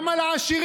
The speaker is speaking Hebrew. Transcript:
גם על העשירים,